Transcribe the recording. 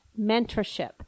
mentorship